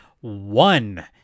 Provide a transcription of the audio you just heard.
One